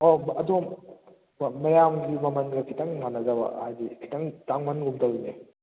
ꯑꯧ ꯑꯗꯣꯝ ꯃꯌꯥꯝꯒꯤ ꯃꯃꯟꯒ ꯈꯤꯇꯪ ꯃꯥꯟꯅꯗꯕ ꯍꯥꯏꯗꯤ ꯈꯤꯇꯪ ꯇꯥꯡꯃꯟꯒꯨꯝ ꯌꯧꯋꯤꯅꯦ